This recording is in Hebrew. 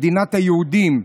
מדינת היהודים,